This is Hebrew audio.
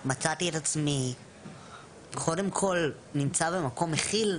מצאתי את עצמי קודם כל נמצא במקום מכיל,